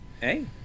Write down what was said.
Hey